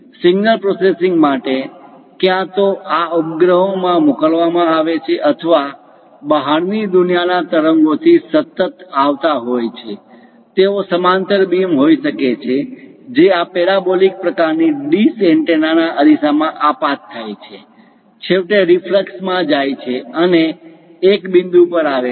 signal processing માટે ક્યાં તો આ ઉપગ્રહો મા મોકલવામાં આવે છે અથવા બહારની દુનિયાના તરંગોથી સતત આવતા હોય છે તેઓ સમાંતર બીમ હોઈ શકે છે જે આ પેરાબોલિક પ્રકારની ડીશ એન્ટેના અરીસામાં આપાત થાય છે છેવટે રિફ્લક્સ માં જાય છે અને એક બિંદુ પર આવે છે